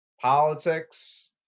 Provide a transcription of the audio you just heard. Politics